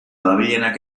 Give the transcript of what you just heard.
dabilenak